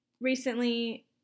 recently